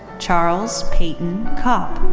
charles peyton kopp.